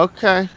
Okay